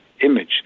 image